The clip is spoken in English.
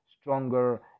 stronger